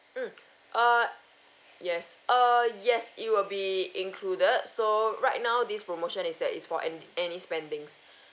mm err yes err yes it will be included so right now this promotion is that is for an~ any spendings